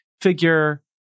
figure